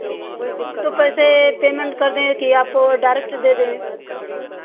तो पैसे पेमेंट कर दें कि आपको डायरेक्ट दे दें